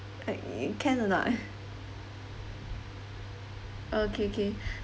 uh you can or not uh okay okay